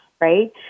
Right